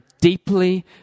deeply